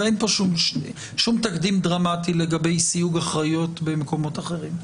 אין פה שום תקדים דרמטי לגבי סיוג אחריות במקומות אחרים.